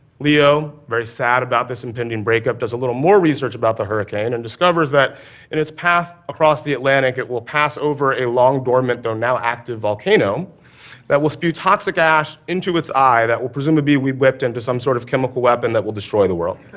leo, very sad about this impending break up, does a little more research about the hurricane and discovers that in its path across the atlantic, it will pass over a long-dormant, though now active volcano that will spew toxic ash into its eye that will presumably be whipped into some sort of chemical weapon that will destroy the world.